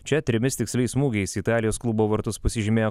čia trimis tiksliais smūgiais į italijos klubo vartus pasižymėjo